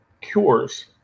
cures